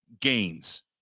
gains